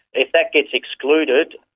if that gets excluded,